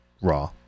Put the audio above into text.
raw